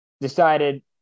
decided